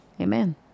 Amen